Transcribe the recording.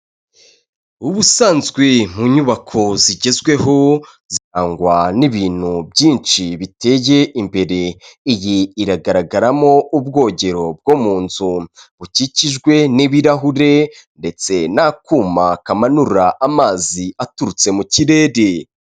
Ubusanzwe mu nyubako zigezweho zirangwa n'ibintu byinshi biteye imbere, iyi iragaragaramo ubwogero bwo mu nzu bukikijwe n'ibirahure ndetse n'akuma kamanura amazi aturutse mu kirere.